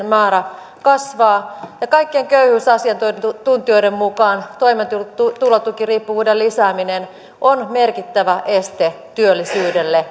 määrä kasvaa ja kaikkien köyhyysasiantuntijoiden mukaan toimeentulotukiriippuvuuden lisääminen on merkittävä este työllisyydelle